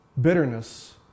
Bitterness